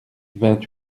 vingt